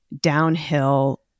downhill